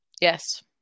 yes